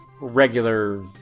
regular